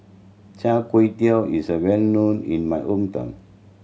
Char Kway Teow is a well known in my hometown